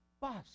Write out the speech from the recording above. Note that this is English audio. Bus